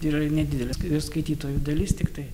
ir nedidelis skaitytojų dalis tiktai